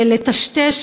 ולטשטש,